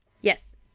Yes